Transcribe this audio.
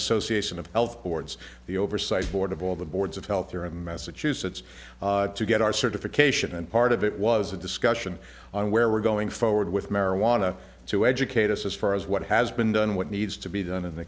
association of health boards the oversight board of all the boards of health care of massachusetts to get our certification and part of it was a discussion on where we're going forward with marijuana to educate us as far as what has been done what needs to be done and